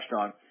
on